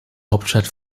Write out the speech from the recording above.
hauptstadt